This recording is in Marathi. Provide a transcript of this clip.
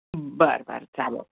बरं बरं चालेल